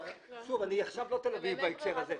שוב, אני לא תל אביב בהקשר הזה.